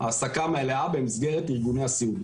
העסקה מלאה במסגרת ארגוני הסיעוד.